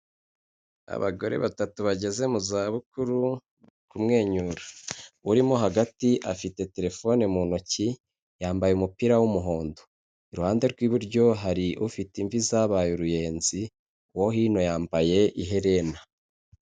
Abagore batatu bageze mu zabukuru, bari kumwenyura. Urimo hagati afite telefone mu ntoki, yambaye umupira w'umuhondo. Iruhande rw'iburyo hari ufite imvi zabaye uruyenzi, uwo hino yambaye iherena.